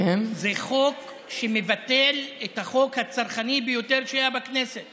זה חוק שמבטל את החוק הצרכני ביותר שהיה בכנסת